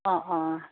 অঁ অঁ